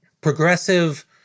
progressive